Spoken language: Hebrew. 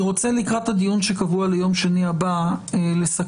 אני רוצה לקראת הדיון שקבוע ליום שני הבא לסכם,